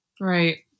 Right